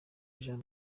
jean